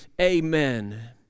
Amen